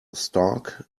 stark